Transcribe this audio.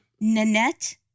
Nanette